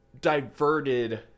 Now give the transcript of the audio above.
diverted